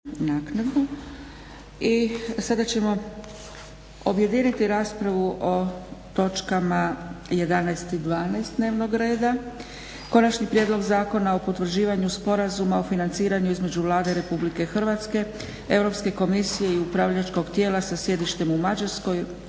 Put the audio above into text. I sada ćemo objediniti raspravu o točkama 11. i 12. dnevnog reda. - Konačni prijedlog Zakona o potvrđivanju Sporazuma o financiranju između Vlade Republike Hrvatske, Europske komisije i zajedničkog upravljačkog tijela sa sjedištem u Mađarskoj